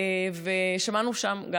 שמענו שם,